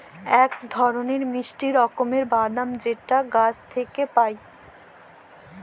ইক ধরলের মিষ্টি রকমের বাদাম যেট গাহাচ থ্যাইকে পায়